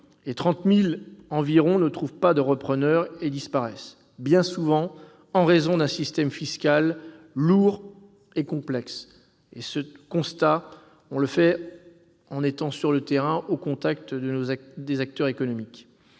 30 000 d'entre elles ne trouvent pas de repreneurs et disparaissent, bien souvent en raison d'un système fiscal lourd et complexe. On le constate sur le terrain, au contact des acteurs économiques.